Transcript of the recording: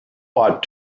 bought